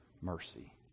mercy